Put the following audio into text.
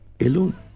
alone